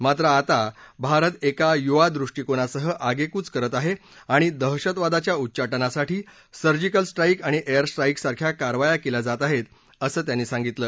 मात्र आता भारत एका युवा दृष्टीकोनासह आगेकूच करत आहे आणि दहशतवादाच्या उच्चाटनासाठी सर्जिकल स्ट्राईक आणि एयर स्ट्राईक सारख्या कारवाया केल्या जात आहेत असं त्यांनी सांगितलं